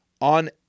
on